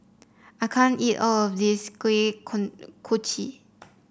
I can't eat all of this Kuih Kochi